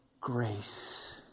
Grace